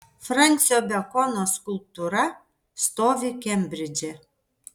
fransio bekono skulptūra stovi kembridže